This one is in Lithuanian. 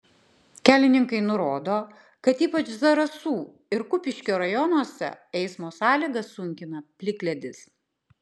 kelininkai nurodo kad ypač zarasų ir kupiškio rajonuose eismo sąlygas sunkina plikledis